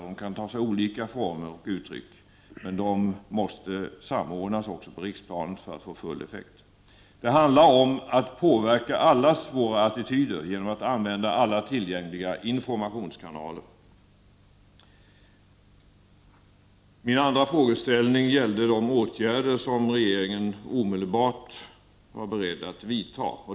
De kan ta sig olika former och uttryck, men de måste samordnas också på riksplanet för att få full effekt. Det handlar om att påverka allas våra attityder, genom att använda alla tillgängliga informationskanaler. Min andra frågeställning gällde de åtgärder som regeringen omedelbart var beredd att vidta.